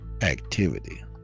activity